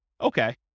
Okay